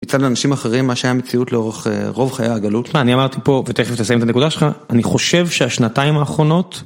מצד אנשים אחרים מה שהיה מציאות לאורך רוב חיי הגלות. אני אמרתי פה, ותכף תסיים את הנקודה שלך, אני חושב שהשנתיים האחרונות...